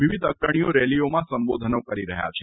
વિવિધ અગ્રણીઓ રેલીઓમાં સંબોધનો કરી રહ્યા છે